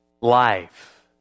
life